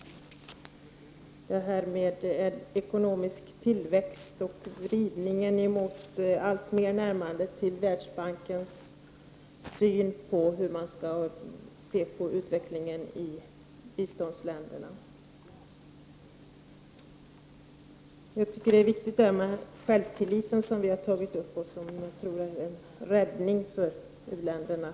Det gäller frågan om ekonomisk tillväxt och ett allt större närmande till Världsbankens syn på utvecklingen i biståndsländerna. Jag tycker att det är viktigt att man verkligen satsar på den självtillit hos u-länderna som vi i miljöpartiet har tagit upp och som jag tror är en räddning för u-länderna.